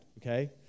okay